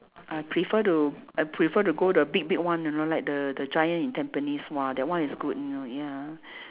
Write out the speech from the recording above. I prefer to I prefer to go the big big one you know like the the Giant in Tampines !wah! that one is good you know ya